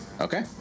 Okay